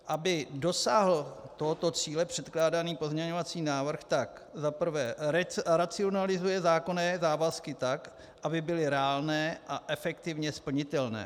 Aby dosáhl tohoto cíle předkládaný pozměňovací návrh, tak za prvé racionalizuje zákonné závazky tak, aby byly reálné a efektivně splnitelné;